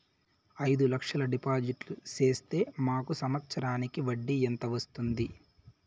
అయిదు లక్షలు డిపాజిట్లు సేస్తే మాకు సంవత్సరానికి వడ్డీ ఎంత వస్తుంది?